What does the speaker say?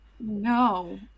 No